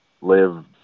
Live